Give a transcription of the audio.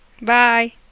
Bye